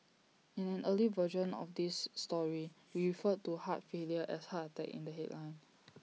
in an earlier version of this story we referred to heart failure as heart attack in the headline